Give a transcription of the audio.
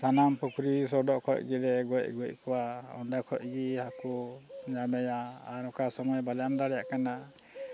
ᱥᱟᱱᱟᱢ ᱯᱩᱠᱷᱨᱤ ᱥᱚᱰᱚᱜ ᱠᱷᱚᱡ ᱜᱮᱞᱮ ᱜᱚᱡ ᱟᱹᱜᱩᱭᱮᱫ ᱠᱚᱣᱟ ᱚᱸᱰᱮ ᱠᱷᱚᱡᱜᱮ ᱦᱟᱹᱠᱩ ᱧᱟᱢᱮᱭᱟ ᱟᱨ ᱚᱠᱟ ᱥᱚᱢᱚᱭ ᱵᱟᱞᱮ ᱮᱢ ᱫᱟᱲᱮᱭᱟᱜ ᱠᱟᱱᱟ